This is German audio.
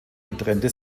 getrennte